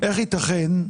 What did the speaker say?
איך ייתכן,